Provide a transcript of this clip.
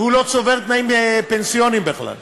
והוא לא צבר תנאים פנסיוניים בכלל.